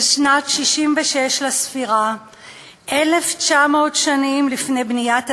של שנת 66 לספירה, 1,900 שנים לפני בניית הדגם,